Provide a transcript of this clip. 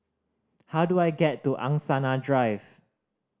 how do I get to Angsana Drive